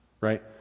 Right